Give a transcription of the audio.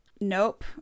Nope